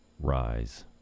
rise